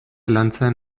lantzen